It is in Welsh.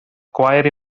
gwair